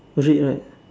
red right